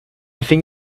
think